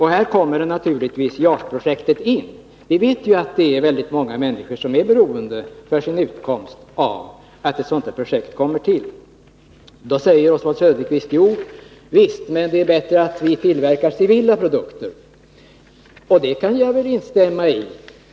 Här kommer naturligtvis också JAS-projektet in. Vi vet att många människor för sin utkomst är beroende av att ett sådant här projekt kommer till. Då säger Oswald Söderqvist: ”Men det är bättre att vi tillverkar civila produkter.” Det kan jag instämma i.